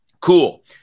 Cool